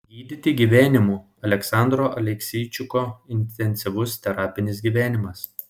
gydyti gyvenimu aleksandro alekseičiko intensyvus terapinis gyvenimas